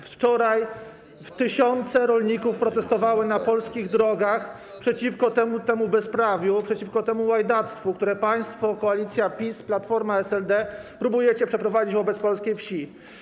Wczoraj tysiące rolników protestowało na polskich drogach przeciwko temu bezprawiu, przeciwko temu łajdactwu, które państwo, koalicja PiS, Platforma, SLD, próbujecie przeprowadzić wobec polskiej wsi.